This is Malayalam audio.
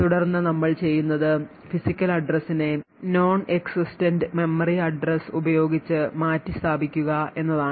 തുടർന്ന് നമ്മൾ ചെയ്യുന്നത് physical address നെ non existent memory address ഉപയോഗിച്ച് മാറ്റിസ്ഥാപിക്കുക എന്നതാണ്